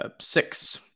six